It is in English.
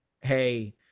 hey